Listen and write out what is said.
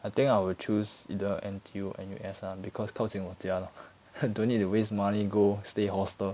I think I will choose either N_T_U N_U_S ah because 靠近我家 lor don't need to waste money go stay hostel